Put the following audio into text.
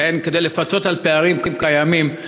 כדי לפצות על פערים קיימים,